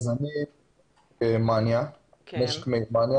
יש כמה דברים